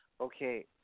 okay